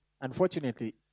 unfortunately